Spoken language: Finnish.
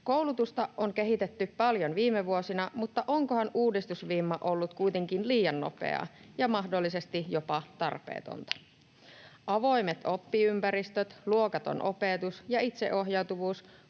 koulutusta on kehitetty paljon viime vuosina, mutta onkohan uudistusvimma ollut kuitenkin liian nopeaa ja mahdollisesti jopa tarpeetonta. Avoimet oppiympäristöt, luokaton opetus ja itseohjautuvuus